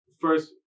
First